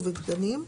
ובדגנים,